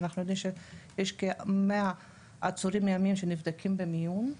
אנחנו יודעים שיש כ-100 עצורים שנבדקים במיון,